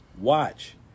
watch